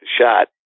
shot